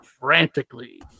frantically